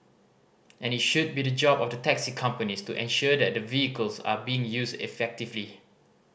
and it should be the job of the taxi companies to ensure that the vehicles are being used effectively